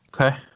okay